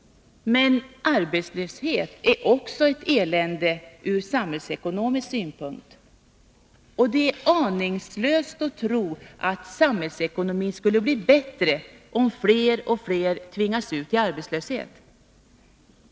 Men arbetslöshet är också ett elände ur samhällsekonomisk synpunkt. Det är aningslöst att tro att samhällsekonomin skulle bli bättre om fler och fler tvingas ut i arbetslöshet.